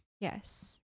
yes